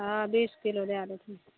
हँ बीस किलो दै देथिन